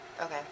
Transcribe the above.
Okay